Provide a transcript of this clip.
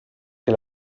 che